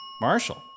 Marshall